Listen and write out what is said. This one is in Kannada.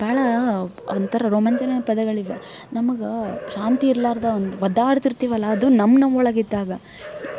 ಭಾಳ ಒಂಥರ ರೋಮಾಂಚನ ಪದಗಳಿವೆ ನಮಗೆ ಶಾಂತಿ ಇರಲಾರ್ದ ಒಂದು ಒದ್ದಾಡ್ತಿರ್ತೀವಲ್ಲ ಅದು ನಮ್ಮ ನಮ್ಮ ಒಳಗೆ ಇದ್ದಾಗ